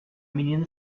menina